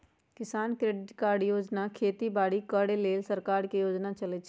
किसान credit card योजना खेती बाड़ी करे लेल सरकार के योजना चलै छै